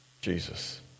Jesus